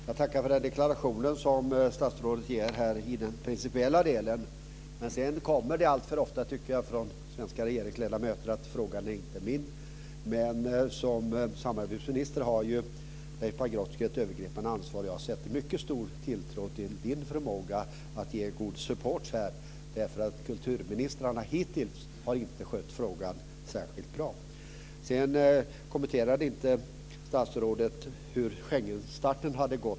Herr talman! Jag tackar för den deklaration som statsrådet ger i den principiella delen, men sedan kommer det alltför ofta, tycker jag, från svenska regeringsledamöter att frågan inte är min. Men som samarbetsminister har Leif Pagrotsky ett övergripande ansvar. Jag sätter mycket stort tilltro till hans förmåga att ge god support här därför att kulturministrarna hittills inte har skött frågan särskilt bra. Sedan kommenterade inte statsrådet hur starten av Schengensamarbetet hade gått.